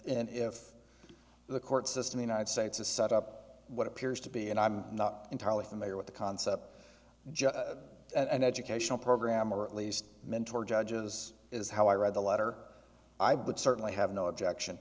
and if the court system the united states is set up what appears to be and i'm not entirely familiar with the concept just an educational program or at least mentor judges is how i read the letter i but certainly have no objection